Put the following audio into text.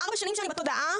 ארבע שנים שאני בתודעה,